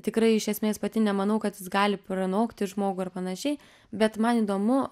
tikrai iš esmės pati nemanau kad jis gali pranokti žmogų ir panašiai bet man įdomu